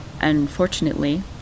unfortunately